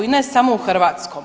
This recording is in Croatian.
I ne samo u hrvatskom.